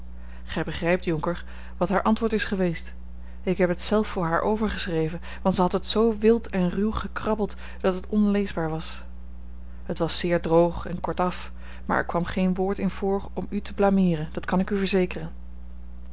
gij begrijpt jonker wat haar antwoord is geweest ik heb het zelf voor haar overgeschreven want zij had het zoo wild en ruw gekrabbeld dat het onleesbaar was het was zeer droog en kortaf maar er kwam geen woord in voor om u te blameeren dat kan ik u verzekeren